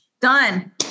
Done